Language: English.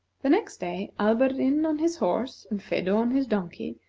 the next day, alberdin on his horse, and phedo on his donkey,